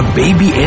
baby